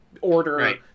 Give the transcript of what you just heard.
order